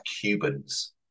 Cubans